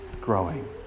growing